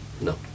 No